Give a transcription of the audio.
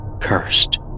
cursed